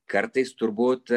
kartais turbūt